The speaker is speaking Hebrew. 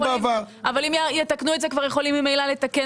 אבל אם יתקנו את זה כבר יכולים ממילא לתקן